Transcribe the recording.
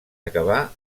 acabar